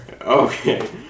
Okay